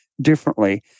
differently